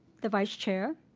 the vice chair,